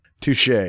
Touche